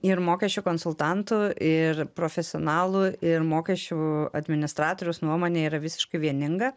ir mokesčių konsultantų ir profesionalų ir mokesčių administratoriaus nuomonė yra visiškai vieninga